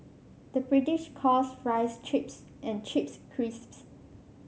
the British calls fries chips and chips crisps